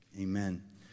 amen